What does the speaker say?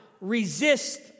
resist